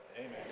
Amen